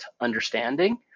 understanding